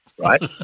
right